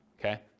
okay